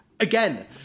Again